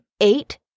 eight